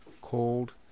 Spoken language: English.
called